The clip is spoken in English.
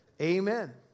Amen